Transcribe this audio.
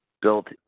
built